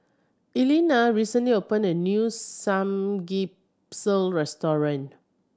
Elena recently opened a new Samgyeopsal restaurant